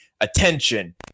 attention